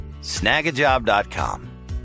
snagajob.com